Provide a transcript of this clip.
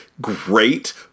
great